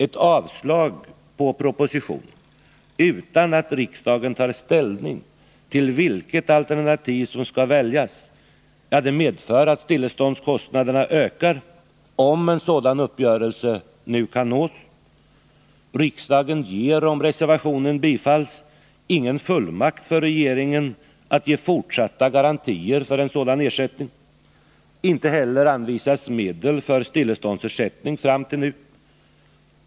Ett avslag på propositionen utan att riksdagen tar ställning till vilket alternativ som skall väljas medför att stilleståndskostnaderna ökar, om en sådan uppgörelse nu kan nås. Riksdagen ger, om reservationen bifalls, ingen fullmakt för regeringen att ge fortsatta garantier för en sådan ersättning. Inte heller anvisas medel för stilleståndsersättning fram till nu.